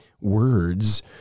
words